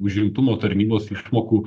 užimtumo tarnybos išmokų